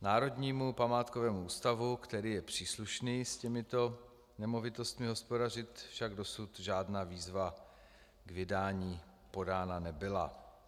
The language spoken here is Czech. Národnímu památkovému ústavu, který je příslušný s těmito nemovitostmi hospodařit, však dosud žádná výzva k vydání podána nebyla.